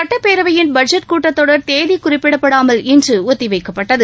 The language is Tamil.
சுட்டப்பேரவையின் பட்ஜெட் கூட்டத்தொடர் தேதி குறிப்பிடப்படாமல் இன்று ஒத்திவைக்கப்பட்டது